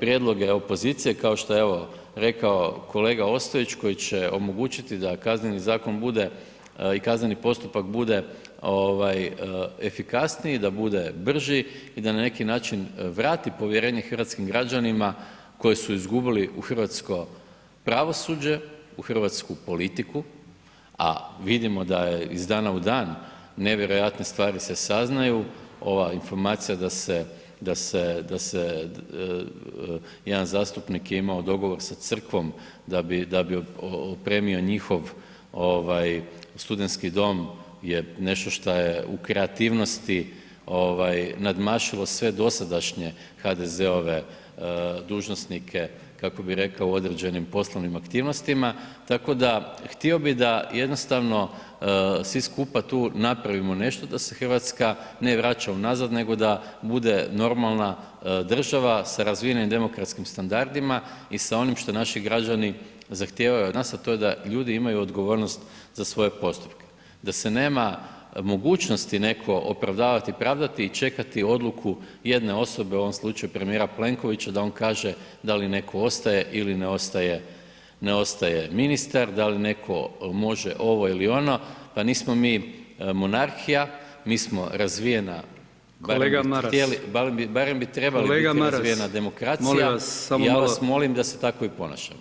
prijedloge opozicije kao što je evo rekao kolega Ostojić koji će omogućiti da kazneni zakon bude i kazneni postupak bude efikasniji, da bude brži i da na neki način vrati povjerenje hrvatskih građanima koje su izgubili u hrvatsko pravosuđe, u hrvatsku politiku, a vidimo da je iz dana u dan nevjerojatne stvari se saznaju, ova informacija da se, da se, da se jedan zastupnik je imao dogovor sa crkvom da bi, da bi opremio njihov studentski dom je nešto šta je u kreativnosti nadmašilo sve dosadašnje HDZ-ove dužnosnike, kako bi rekao u određenim poslovnim aktivnostima, tako da, htio bi da jednostavno svi skupa tu napravimo nešto da se RH ne vraća unazad, nego da bude normalna država sa razvijenim demokratskim standardima i sa onim šta naši građani zahtijevaju od nas, a to je da ljudi imaju odgovornost za svoje postupke, da se nema mogućnosti netko opravdati i pravdati i čekati odluku jedne osobe, u ovom slučaju premijera Plenkovića da on kaže da li netko ostaje ili ne ostaje, ne ostaje ministar, da li netko može ovo ili ono, pa nismo mi monarhija, mi smo razvijena [[Upadica: Kolega Maras]] [[Govornik se ne razumije]] barem bi trebali biti [[Upadica: Kolega Maras]] razvijena demokracija [[Upadica: Molim vas samo malo]] ja vas molim da se tako i ponašamo.